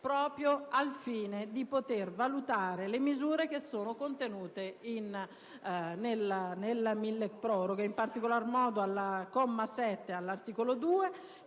proprio al fine di poter valutare le misure che sono contenute nel milleproroghe, in particolar modo al comma 7 dell'articolo 2,